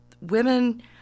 women